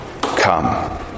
come